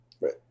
right